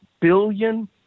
billion